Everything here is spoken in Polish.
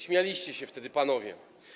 Śmialiście się wtedy, panowie.